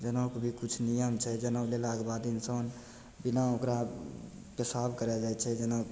जनउके भी किछु नियम छै जनउ लेलाके बाद इन्सान बिना ओकरा पेशाब करै जाइ छै जेना